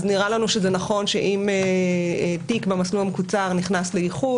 אז נראה לנו שזה נכון שאם תיק במסלול המקוצר נכנס לאיחוד,